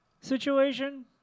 Situation